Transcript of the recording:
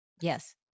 yes